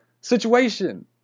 situation